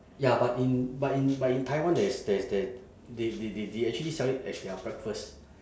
ya but in but in but in taiwan there's there's there they they they they actually sell it as their breakfast